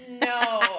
No